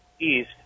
East